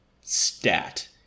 stat